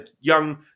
young